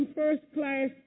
first-class